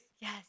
Yes